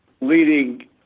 leading